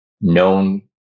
known